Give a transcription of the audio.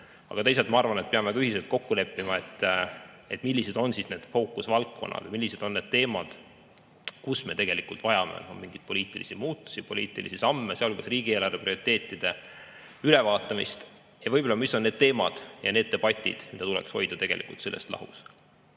teisalt, ma arvan, et peame ühiselt kokku leppima, millised on need fookusvaldkonnad, millised on need teemad, kus me tegelikult vajame mingeid poliitilisi muutusi, poliitilisi samme, sealhulgas riigieelarve prioriteetide ülevaatamist, ja võib-olla, mis on need teemad ja need debatid, mida tuleks hoida sellest lahus.